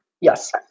Yes